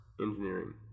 Engineering